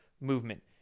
movement